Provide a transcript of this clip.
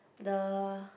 the